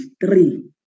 three